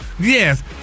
Yes